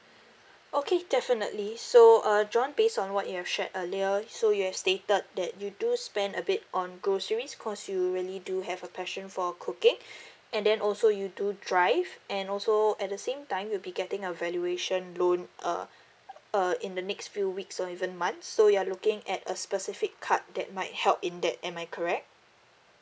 okay definitely so uh john based on what you have shared earlier so you have stated that you do spend a bit on groceries cause you really do have a passion for cooking and then also you do drive and also at the same time you'll be getting a valuation loan uh uh in the next few weeks or even months so you're looking at a specific card that might help in that am I correct